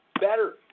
better